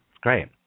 Great